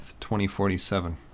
2047